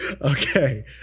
okay